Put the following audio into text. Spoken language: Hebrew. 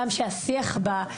שהשיח בה,